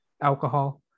alcohol